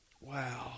Wow